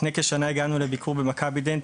לפני כשנה הגענו לביקור במכבידנט.